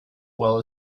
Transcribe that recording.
well